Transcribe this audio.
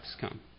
come